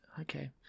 Okay